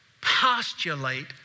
postulate